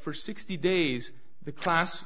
for sixty days the class